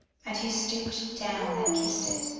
and he stooped down and kissed it,